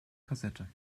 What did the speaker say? kassette